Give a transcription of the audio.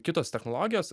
kitos technologijos